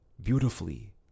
beautifully